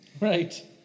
Right